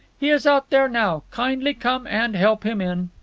he is out there now. kindly come and help him in.